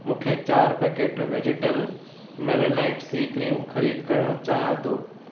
मूंखे चारि packet vegetal melanite C cream ख़रीद करणु चाहियां थो